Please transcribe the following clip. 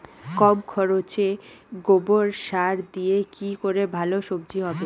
কম খরচে গোবর সার দিয়ে কি করে ভালো সবজি হবে?